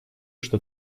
что